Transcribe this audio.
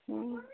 অঁ